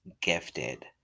gifted